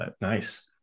Nice